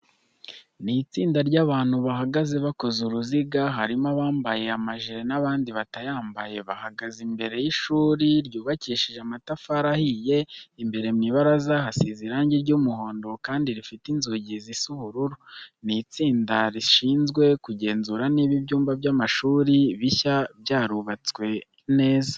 Ni itsinda ry'abantu bahagaze bakoze uruziga, harimo abambaye amajire n'abandi batayambaye. Bahagaze imbere y'ishuri ryubakishije amatafari ahiye, imbere mu ibaraza hasize irange ry'umuhondo kandi rifite inzugi zisa ubururu. Iri ni itsinda rishizwe kugenzura niba ibyumba by'amashuri bishya byurubatswe neza.